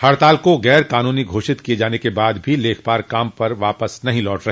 हड़ताल को गैर काूननी घोषित किये जाने के बाद भी लेखपाल काम पर वापस नहीं लौट रहे